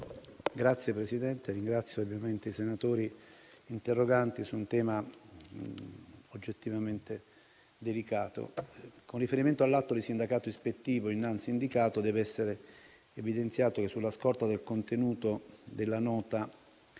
Signor Presidente, ringrazio i senatori interroganti dato che il tema è oggettivamente delicato. Con riferimento all'atto di sindacato ispettivo innanzi indicato, deve essere evidenziato che, sulla scorta del contenuto della nota